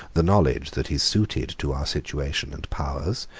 the knowledge that is suited to our situation and powers,